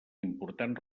important